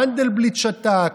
מנדלבליט שתק,